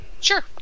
Sure